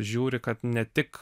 žiūri kad ne tik